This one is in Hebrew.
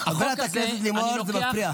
חברת הכנסת לימור, את מפריעה.